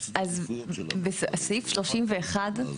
אז בסעיף 31,